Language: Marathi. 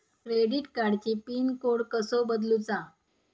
क्रेडिट कार्डची पिन कोड कसो बदलुचा?